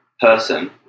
person